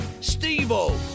Steve-O